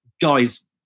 guys